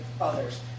others